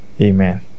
Amen